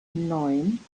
neun